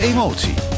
Emotie